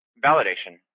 validation